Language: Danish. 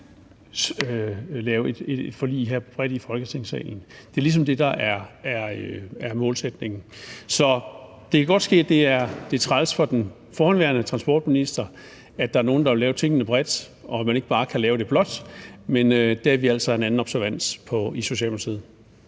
lave et forlig her bredt i Folketingssalen. Det er ligesom det, der er målsætningen. Så det kan godt ske, at det er træls for den forhenværende transportminister, at der er nogle, der vil lave tingene bredt, og at man ikke bare kan lave det blåt, men dér er vi altså af en anden observans i Socialdemokratiet.